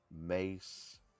Mace